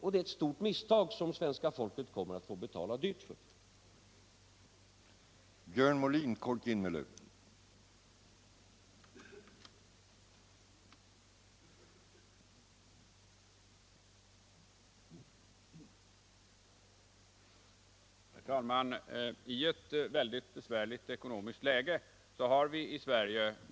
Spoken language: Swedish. Och det är et stort misstag, som svenska folket kommer att dyrt få betala!